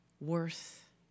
worth